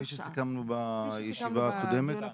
כפי שסיכמנו בישיבה הקודמת.